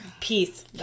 Peace